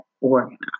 organized